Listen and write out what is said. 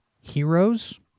heroes